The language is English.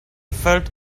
felt